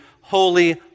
holy